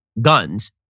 guns